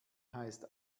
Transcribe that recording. heißt